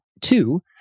Two